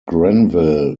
grenville